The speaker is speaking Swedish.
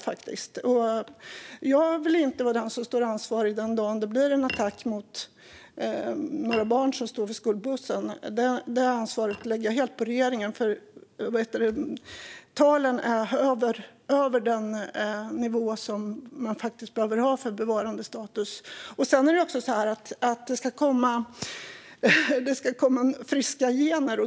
Jag vill inte heller vara den som står ansvarig den dagen det blir en attack mot några barn som står vid skolbussen. Det ansvaret lägger jag helt på regeringen. Talen är över den nivå som faktiskt behövs för bevarandestatus. Det talas också om att det ska komma friska gener.